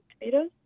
tomatoes